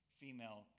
female